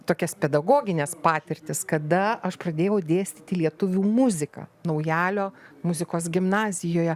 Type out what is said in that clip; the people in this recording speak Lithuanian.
tokias pedagogines patirtis kada aš pradėjau dėstyti lietuvių muziką naujalio muzikos gimnazijoje